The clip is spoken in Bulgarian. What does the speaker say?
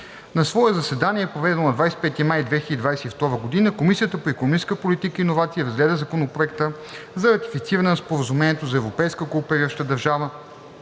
На свое заседание, проведено на 25 май 2022 г., Комисията по икономическа политика и иновации разгледа Законопроекта за ратифициране на Споразумението за европейска кооперираща държава